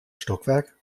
stockwerk